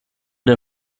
der